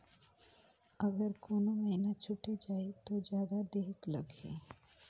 अगर कोनो महीना छुटे जाही तो जादा देहेक लगही?